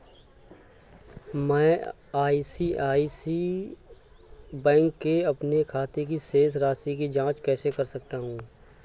मैं ICICI bank के अपने खाते की शेष राशि की जाँच कैसे कर सकता हूँ?